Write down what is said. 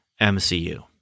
MCU